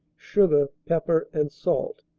sugar, pep per and salt.